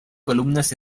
columnas